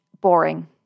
boring